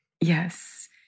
Yes